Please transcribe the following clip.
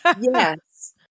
Yes